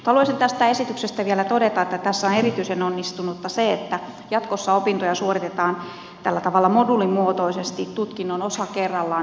haluaisin tästä esityksestä vielä todeta että tässä on erityisen onnistunutta se että jatkossa opintoja suoritetaan tällä tavalla moduulimuotoisesti tutkinnon osa kerrallaan